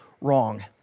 wrong